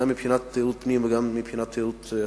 גם מבחינת תיירות פנים וגם מבחינת תיירות חוץ.